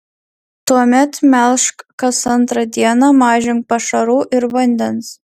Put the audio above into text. tuomet melžk kas antrą dieną mažink pašarų ir vandens